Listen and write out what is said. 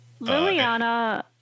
Liliana